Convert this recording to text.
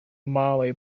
molly